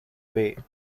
bay